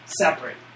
separate